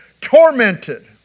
tormented